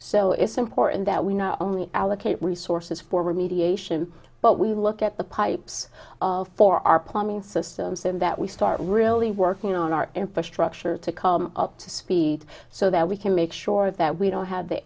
so it's important that we not only allocate resources for remediation but we look at the pipes for our plumbing system so that we start really working on our infrastructure to come up to speed so that we can make sure that we don't have the